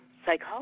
psychology